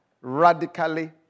Radically